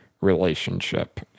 relationship